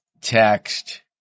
text